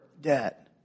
debt